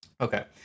Okay